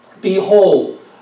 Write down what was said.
Behold